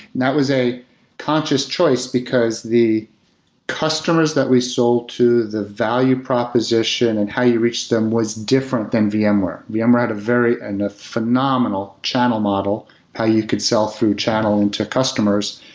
that was a conscious choice, because the customers that we sold to the value proposition and how you reach them was different than vmware. vmware had a very and a phenomenal channel model how you could sell through channel and to customers.